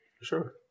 Sure